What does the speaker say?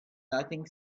nothing